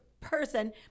person